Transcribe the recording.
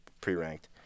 pre-ranked